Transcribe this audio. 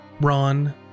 Ron